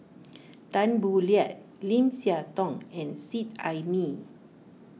Tan Boo Liat Lim Siah Tong and Seet Ai Mee